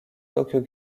tokyo